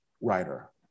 writer